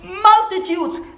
Multitudes